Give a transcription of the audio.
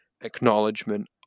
acknowledgement